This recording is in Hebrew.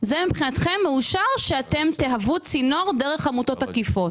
מה שולדימיר ציין בתחילת הדיונים של המושב הזה,